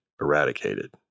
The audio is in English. eradicated